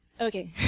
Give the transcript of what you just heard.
Okay